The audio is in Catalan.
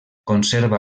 conserva